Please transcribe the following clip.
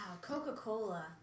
Coca-Cola